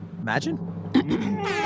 Imagine